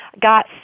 got